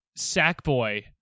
Sackboy